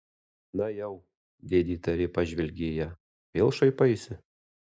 na jau dėdė įtariai pažvelgė į ją vėl šaipaisi